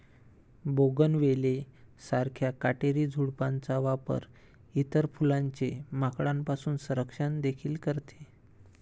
bougainvillea सारख्या काटेरी झुडपांचा वापर इतर फुलांचे माकडांपासून संरक्षण देखील करते